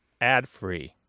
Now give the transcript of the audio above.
adfree